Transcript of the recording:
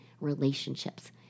relationships